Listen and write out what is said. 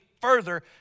further